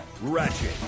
Ratchet